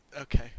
Okay